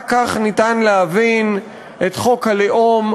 רק כך אפשר להבין את חוק הלאום,